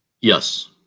Yes